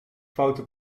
foute